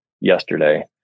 yesterday